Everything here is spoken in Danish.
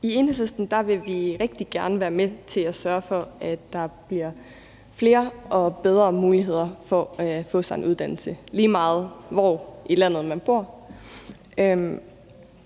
I Enhedslisten vil vi rigtig gerne være med til at sørge for, at der bliver flere og bedre muligheder for at få sig en uddannelse, lige meget hvor i landet man bor,